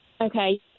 Okay